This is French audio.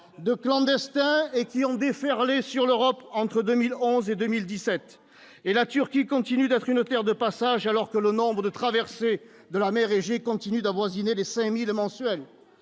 de clandestins et qui ont déferlé sur l'Europe entre 2011 et 2017 et la Turquie continue d'être une terre de passage, alors que le nombre de traversées de la mer Égée continue d'avoisiner les 5000 mensuel